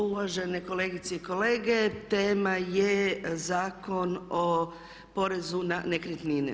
Uvažene kolegice i kolege tema je Zakon o porezu na nekretnine.